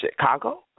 Chicago